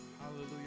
Hallelujah